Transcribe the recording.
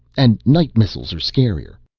and night missiles are scarier.